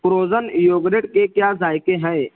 frozen yogurt کے کیا ذائقے ہے